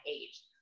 age